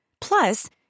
Plus